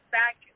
back